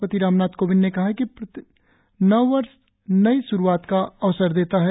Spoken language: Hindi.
राष्ट्रपति रामनाथ कोविंद ने कहा है कि प्रत्येक नववर्ष नई श्रुआत का अवसर देता है